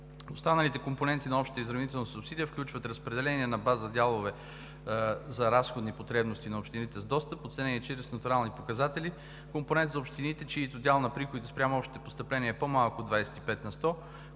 Останалите компоненти на общата изравнителна субсидия включват: разпределение на база дяловете за разходни потребности на общините с достъп, оценени чрез натурални показатели; компонент за общините, чиито дял на приходите спрямо общините постъпления е по-малък от 25 на сто;